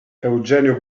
eugenio